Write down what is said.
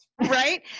right